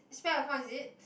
spare account is it